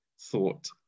thought